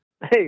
hey